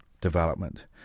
development